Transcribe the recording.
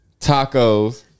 tacos